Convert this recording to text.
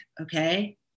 okay